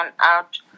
out